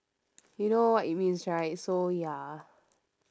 you know what it means right so ya